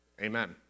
amen